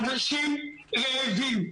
אנשים רעבים.